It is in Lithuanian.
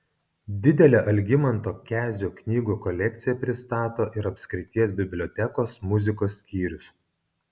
didelę algimanto kezio knygų kolekciją pristato ir apskrities bibliotekos muzikos skyrius